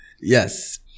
yes